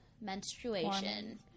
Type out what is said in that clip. menstruation